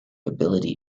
ability